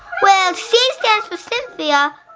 well, c stands for cynthia,